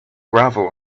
gravel